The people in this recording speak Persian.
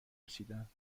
رسیدند